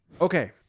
Okay